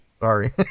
sorry